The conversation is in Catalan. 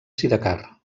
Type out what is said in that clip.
sidecar